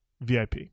VIP